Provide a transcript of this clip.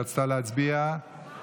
לא הספיקה להגיע ורצתה להצביע בעד.